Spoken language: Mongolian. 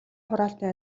хураалтын